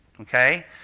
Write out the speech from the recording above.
Okay